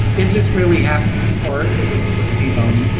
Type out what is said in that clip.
is this really happening or is it a placebo? and